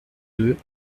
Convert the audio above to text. deux